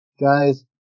Guys